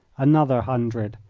another hundred,